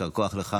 יישר כוח לך